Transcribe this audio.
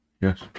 yes